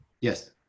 yes